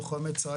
לוחמי צה"ל,